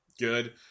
good